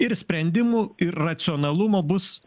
ir sprendimų ir racionalumo bus